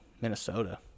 Minnesota